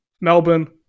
Melbourne